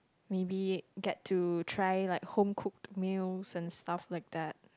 maybe get to try like home cooked meals and stuff like that